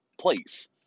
place